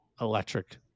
electric